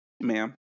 Ma'am